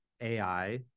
AI